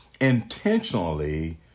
intentionally